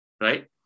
Right